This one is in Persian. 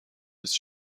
نیست